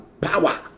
power